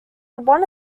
one